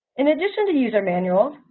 in addition to user manual,